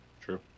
true